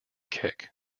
kick